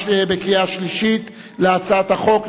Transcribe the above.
בקריאה שלישית על הצעת החוק.